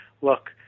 look